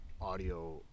audio